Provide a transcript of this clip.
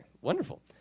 wonderful